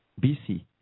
BC